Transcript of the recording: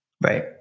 Right